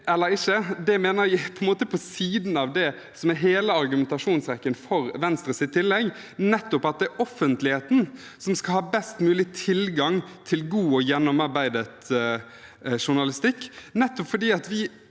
ikke, mener jeg er på siden av det som er hele argumentasjonsrekken for Venstres tillegg, nettopp at det er offentligheten som skal ha best mulig tilgang til god og gjennomarbeidet journalistikk